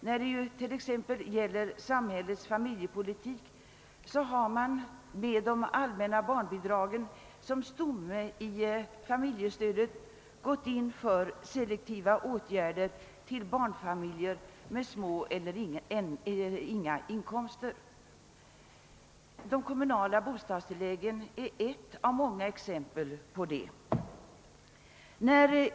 När det t.ex. gäller samhällets familjepolitik har man med de allmänna barnbidragen som stomme i familjestödet gått in för selektiva åtgärder till förmån för barnfamiljer med små eller inga inkomster. De kommunala bostadstilläggen är ett av många exempel på detta.